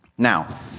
Now